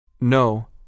No